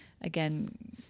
again